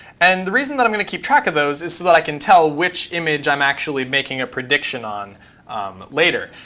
and the reason that i'm going to keep track of those is so that i can tell which image i'm actually making a prediction on later.